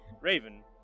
Raven